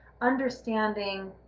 understanding